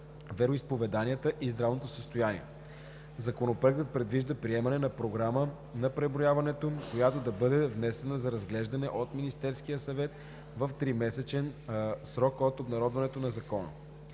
вероизповеданието и здравното състояние. Законопроектът предвижда приемане на Програма на преброяването, която да бъде внесена за разглеждане от Министерския съвет в тримесечен срок от обнародването на закона.